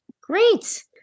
Great